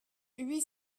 huit